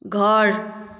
घर